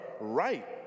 right